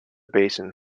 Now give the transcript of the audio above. basin